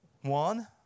one